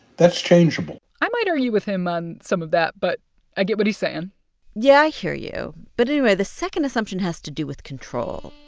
that's changeable i might argue with him on some of that, but i get what he's saying yeah, i hear you. but anyway, the second assumption has to do with control,